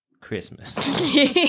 Christmas